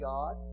God